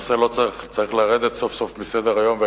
הנושא צריך לרדת סוף-סוף מסדר-היום,